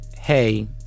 hey